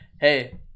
Hey